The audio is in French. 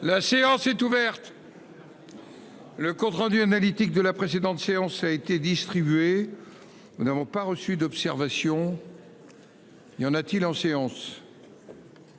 La séance est ouverte. Le compte rendu analytique de la précédente séance a été distribué. Nous n'avons pas reçu d'observation. Il y en a-t-il en séance.